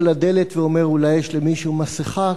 על הדלת ואומר: אולי יש למישהו מסכה?